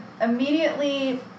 immediately